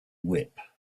whip